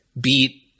beat